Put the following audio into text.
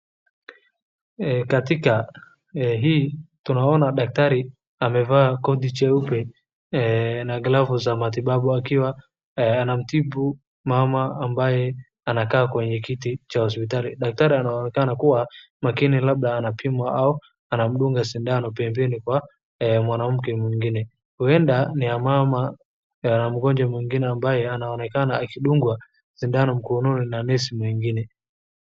Katika hii tunaona dakitari amevaa koti jeupe na glavu za matibabu akiwa anamtibu mama ambaye anakaa kwenye kiti cha hosipitali. Dakitari anaonekana kuwa makini labda anampima au anamdunga sindano pembeni kwa mwanamke mwingine. Huenda yule mama ana mgonjwa mwingine ambaye anaonekana akidungwa sindano mkononi na nesi mwingine.